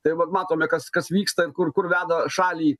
tai vat matome kas kas vyksta ir kur kur veda šalį